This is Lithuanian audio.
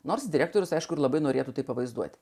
nors direktorius aišku ir labai norėtų tai pavaizduoti